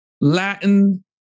Latin